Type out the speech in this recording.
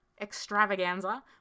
extravaganza